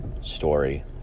story